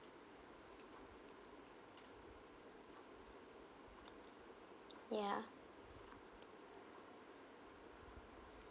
ya